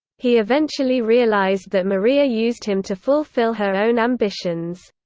he eventually realized that maria used him to fulfill her own ambitions.